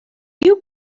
you